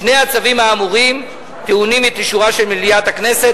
שני הצווים האמורים טעונים אישור של הכנסת.